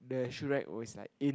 the shoerack was like in